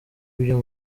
ibyo